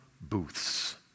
Booths